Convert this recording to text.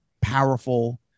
powerful